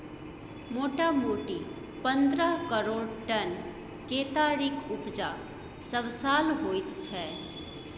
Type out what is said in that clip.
मोटामोटी पन्द्रह करोड़ टन केतारीक उपजा सबसाल होइत छै